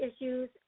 issues